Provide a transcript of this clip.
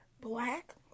black